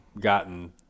gotten